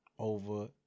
over